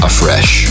Afresh